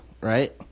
right